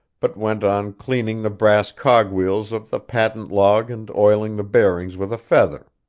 but went on cleaning the brass cogwheels of the patent log and oiling the bearings with a feather.